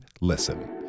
listen